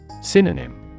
Synonym